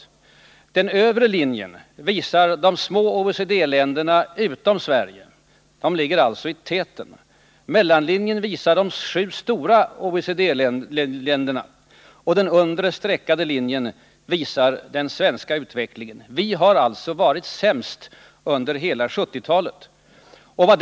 Den övre linjen visar utvecklingen för de små OECD-länderna, utom Sverige. De ligger alltså i täten. Mellanlinjen visar utvecklingen för de sju stora OECD-länderna, och den undre, streckade, linjen visar den svenska utvecklingen. Vi har alltså varit sämst under hela 1970-talet.